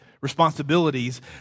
responsibilities